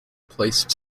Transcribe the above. placed